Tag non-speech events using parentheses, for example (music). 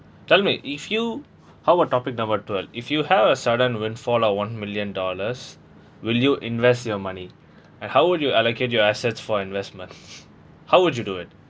tell me if you how about topic number two if you have a sudden windfall of one million dollars will you invest your money and how would you allocate your assets for investment (laughs) how would you do it